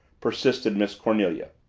persisted miss cornelia.